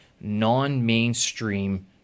non-mainstream